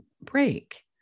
break